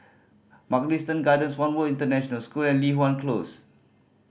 Mugliston Gardens One World International School and Li Hwan Close